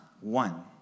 one